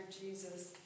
Jesus